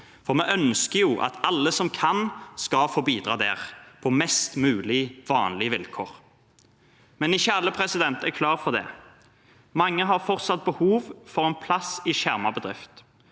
Vi ønsker jo at alle som kan, skal få bidra der, på mest mulig vanlige vilkår. Men ikke alle er klar for det. Mange har fortsatt behov for en plass i skjermet bedrift.